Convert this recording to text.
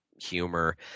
humor